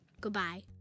Goodbye